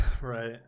Right